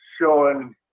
showing